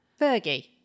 Fergie